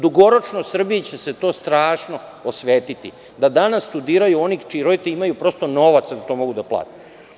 Dugoročno, Srbiji će se to strašno osvetiti, da danas studiraju oni čiji roditelji imaju novac da to mogu da plate.